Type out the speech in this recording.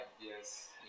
yes